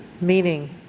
Meaning